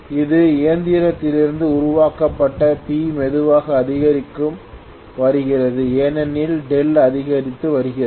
இப்போது இயந்திரத்திலிருந்து உருவாக்கப்படும் P மெதுவாக அதிகரித்து வருகிறது ஏனெனில் δ அதிகரித்து வருகிறது